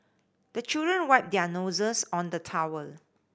the children wipe their noses on the towel